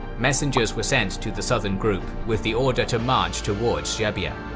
messengers were sent to the southern group with the order to march towards jabiya.